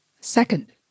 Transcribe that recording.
Second